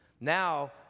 Now